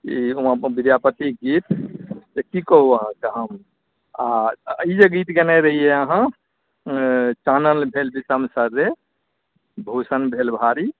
ई हम अपन विद्यापति गीत की कहूँ अहाँकेँ हम आ ई जे गीत गयने रहियै अहाँ चानन भेल विषम सन रे भूषण भेल भारी